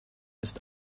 ist